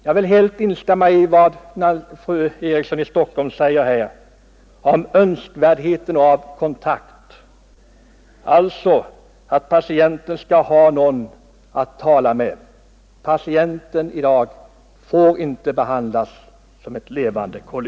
Jag instämmer helt i vad fru Eriksson i Stockholm säger om önskvärdheten av kontakt, alltså att patienten skall ha någon att tala med. Patienten i dag får inte behandlas som ett levande kolli.